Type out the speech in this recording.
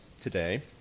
today